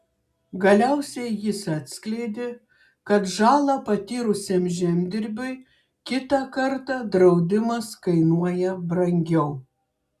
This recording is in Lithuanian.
galiausiai jis atskleidė kad žalą patyrusiam žemdirbiui kitą kartą draudimas kainuoja brangiau